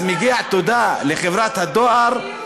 אז מגיעה תודה לחברת הדואר,